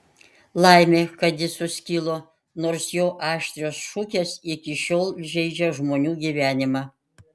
laimė kad ji suskilo nors jo aštrios šukės iki šiol žeidžia žmonių gyvenimą